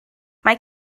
mae